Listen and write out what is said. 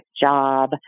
job